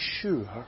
sure